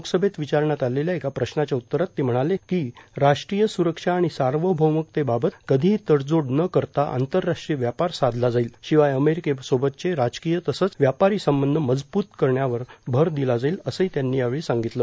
लोकसभेत विचारण्यात आलेल्या एका प्रश्नाच्या उत्तरात ते म्हणाले कि राष्ट्रीय सुरक्षा आणि सार्वभौमकतेबाबत कधिही तडजोड न करता आंतरराष्ट्रीय व्यापार साधला जाईल शिवाय अमेरिके सोबतचे राजकीय तसंच व्यापारी संबंध मजबूत करण्यावर भर दिला जाईल असंही त्यांनी यावेळी सांगितलं